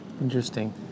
Interesting